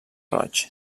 roig